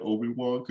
Obi-Wan